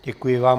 Děkuji vám.